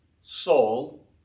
Saul